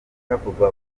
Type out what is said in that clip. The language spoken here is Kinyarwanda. havugwa